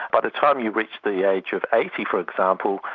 by the time you reach the age of eighty, for example,